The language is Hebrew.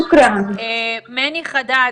מני חדד,